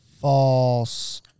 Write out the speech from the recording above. false